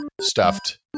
stuffed